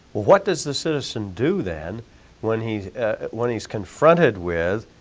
what does the citizen do then when he's when he's confronted with,